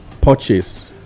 purchase